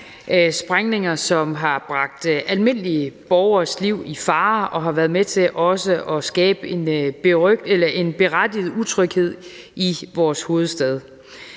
sprængninger, som har bragt almindelige borgeres liv i fare og også har været med til at skabe en berettiget utryghed i vores hovedstad.